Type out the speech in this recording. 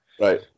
Right